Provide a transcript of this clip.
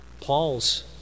Paul's